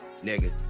nigga